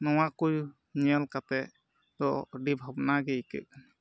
ᱱᱚᱣᱟ ᱠᱚ ᱧᱮᱞ ᱠᱟᱛᱮᱫ ᱫᱚ ᱟᱹᱰᱤ ᱵᱷᱟᱵᱽᱱᱟ ᱜᱮ ᱟᱹᱭᱠᱟᱹᱜ ᱠᱟᱱᱟ